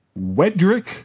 Wedrick